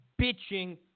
bitching